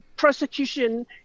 prosecution